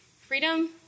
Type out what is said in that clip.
Freedom